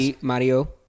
Mario